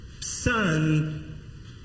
son